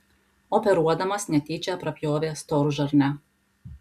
operuodamas netyčia prapjovė storžarnę